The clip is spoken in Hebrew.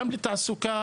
גם לתעסוקה